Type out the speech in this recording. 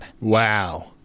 Wow